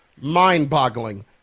mind-boggling